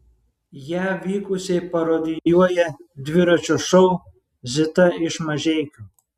ją vykusiai parodijuoja dviračio šou zita iš mažeikių